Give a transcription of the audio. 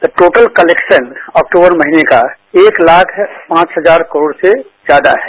तो total collection अक्तूबर महीने का एक लाख पांव हजार करोड़ से ज्यादा है